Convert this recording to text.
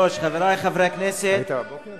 חבר הכנסת מסעוד גנאים,